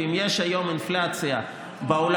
ואם יש היום אינפלציה בעולם,